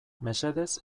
mesedez